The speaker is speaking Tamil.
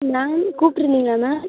மேம் கூப்பிட்டுருந்தீங்களா மேம்